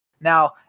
Now